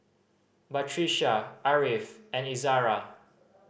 Batrisya Ariff and Izara